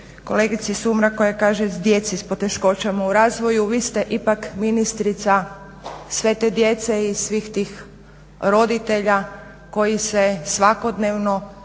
kolegici Sumrak koja kaže djeci s poteškoćama u razvoju. Vi ste ipak ministrica sve te djece i svih tih roditelja koji se svakodnevno